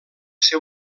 ser